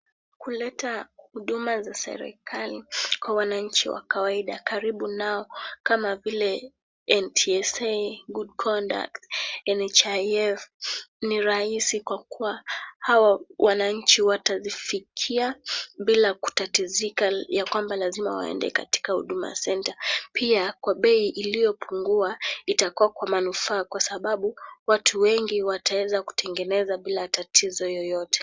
Kuleta huduma za serikali kwa wananchi wa kawaida karibu nao kama vile NTSA, Good Conduct , NHIF, ni rahisi kwa kuwa hawa wananchi watazifikia bila kutatizika ya kwamba lazima waende katika Huduma ya Center. Pia, kwa bei iliyopungua, itakuwa kwa manufaa kwa sababu watu wengi wataweza kutengeneza bila tatizo yoyote.